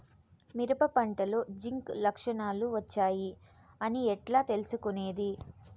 మిరప పంటలో జింక్ లక్షణాలు వచ్చాయి అని ఎట్లా తెలుసుకొనేది?